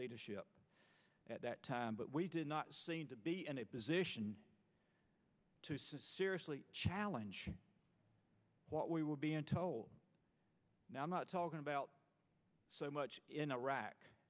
leadership at that time but we did not seem to be in a position to seriously challenge what we would be in told now i'm not talking about so much in iraq